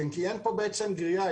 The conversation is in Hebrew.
כי אין פה בעצם גריעה,